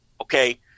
Okay